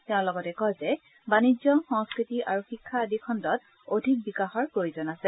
তেওঁ লগতে কয় যে বাণিজ্য সংস্থতি আৰু শিক্ষা আদি খণ্ডত অধিক বিকাশৰ প্ৰয়োজন হৈছে